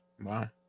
Wow